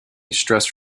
stress